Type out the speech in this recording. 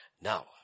Now